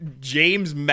James